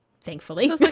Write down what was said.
thankfully